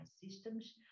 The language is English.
systems